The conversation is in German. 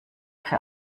für